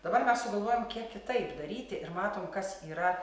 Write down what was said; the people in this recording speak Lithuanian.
dabar mes sugalvojom kiek kitaip daryti ir matom kas yra